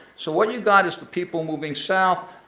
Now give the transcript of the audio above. so what you've got is the people moving south,